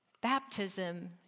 Baptism